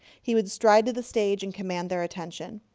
he would stride to the stage and command their attention.